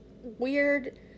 weird